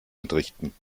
entrichten